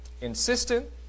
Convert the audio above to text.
Insistent